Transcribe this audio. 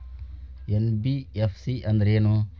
NBFC ಅಂದ್ರೇನು?